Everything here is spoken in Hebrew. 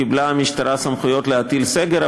קיבלה המשטרה סמכויות להטיל סגר,